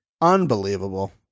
Unbelievable